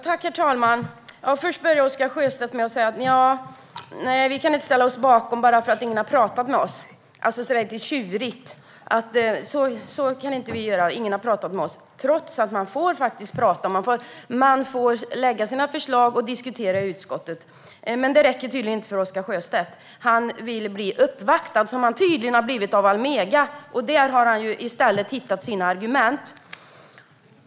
Herr talman! Oscar Sjöstedt började med att lite tjurigt säga: Nej, vi kan inte ställa oss bakom propositionen, för ingen har pratat med oss. Men man får faktiskt prata. Man får lägga fram sina förslag och diskutera i utskottet, men det räcker tydligen inte för Oscar Sjöstedt. Han vill bli uppvaktad, som han tydligen har blivit av Almega. Där har han i stället hittat sina argument.